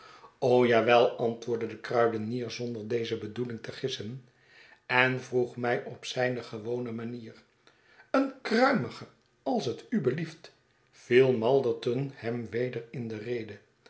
ja wel antwoordde de kruidenier zonder deze bedoeling te gissen en vroeg mij op zijne gewone manier een kruimigen als het u belieft viel malderton hem weder in de rede